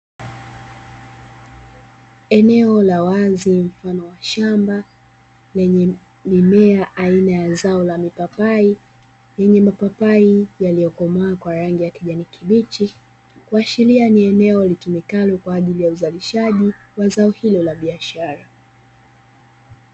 Eneo la wazi mfano wa shamba lenye mimea aina ya zao la mipapai, yenye mapapai yaliyo komaa kwa rangi ya kijani kibichi, Ikiashiria kuwa ni eneo litumikalo kwa ajili uzalishaji wa zao hilo la biashara.